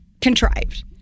contrived